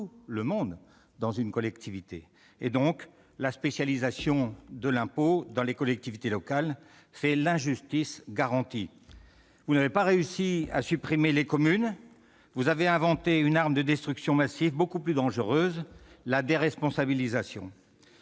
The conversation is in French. ne concernent pas tout le monde. La spécialisation de l'impôt dans les collectivités locales, c'est l'injustice garantie ! Vous n'avez pas réussi à supprimer les communes. Aussi avez-vous inventé une arme de destruction massive beaucoup plus dangereuse : la déresponsabilisation.